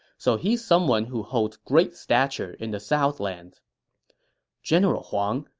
so he's someone who holds great stature in the southlands general huang,